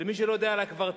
ולמי שלא יודע על הקוורטט,